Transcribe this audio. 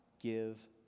give